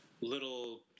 little